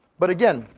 but again,